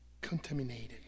contaminated